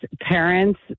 parents